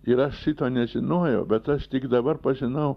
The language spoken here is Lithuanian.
ir aš šito nežinojau bet aš tik dabar pažinau